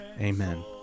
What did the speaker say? Amen